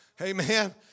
Amen